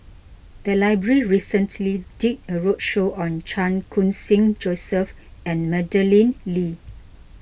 the library recently did a roadshow on Chan Khun Sing Joseph and Madeleine Lee